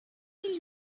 mille